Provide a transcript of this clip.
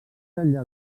enllà